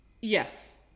Yes